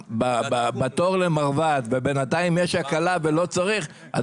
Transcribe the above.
כרגע בתור למרב"ד ובינתיים יש הקלה ולא צריך אז